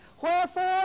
Wherefore